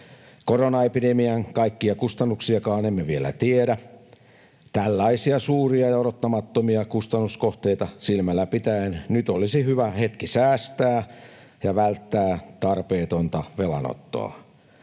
Koronaepidemian kaikkia kustannuksiakaan emme vielä tiedä. Tällaisia suuria ja odottamattomia kustannuskohteita silmällä pitäen olisi nyt hyvä hetki säästää ja välttää tarpeetonta velanottoa.